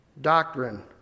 Doctrine